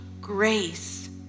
grace